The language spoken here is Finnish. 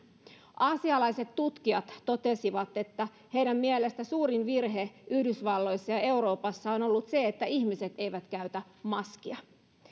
aasialaiset tutkijat totesivat että heidän mielestään suurin virhe yhdysvalloissa ja ja euroopassa on ollut se että ihmiset eivät käytä maskia